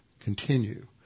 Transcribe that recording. continue